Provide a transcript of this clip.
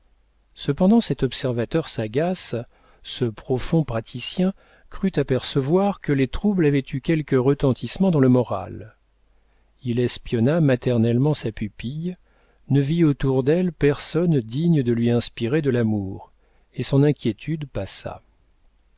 cependant cet observateur sagace ce profond praticien crut apercevoir que les troubles avaient eu quelque retentissement dans le moral il espionna maternellement sa pupille ne vit autour d'elle personne digne de lui inspirer de l'amour et son inquiétude passa